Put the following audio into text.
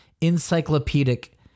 encyclopedic